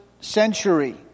century